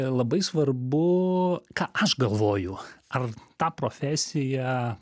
labai svarbu ką aš galvoju ar ta profesija